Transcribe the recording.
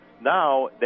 Now